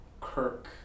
Kirk